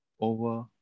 Over